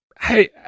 hey